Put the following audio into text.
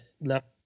left